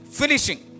finishing